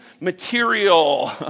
material